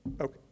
Okay